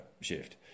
shift